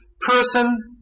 person